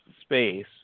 space